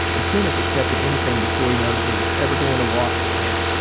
the sin is accepting anything before he knows whether he's ever going to walk again.